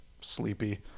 sleepy